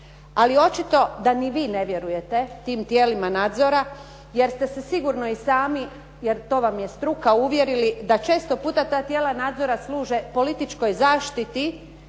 Ali očito da ni vi ne vjerujete tim tijelima nadzora jer ste se sigurno i sami, jer to vam je struka, uvjerili da često puta ta tijela nadzora služe političkoj zaštiti